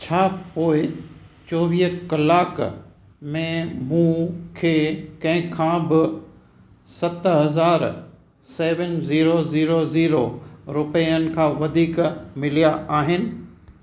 छा पोएं चोवीह कलाक में मूंखे कंहिंखां बि सेवन ज़ीरो ज़ीरो ज़ीरो रुपियनि खां वधीक मिलिया आहिनि